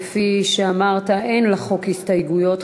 כפי שאמרת, אין לחוק הסתייגויות.